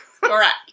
correct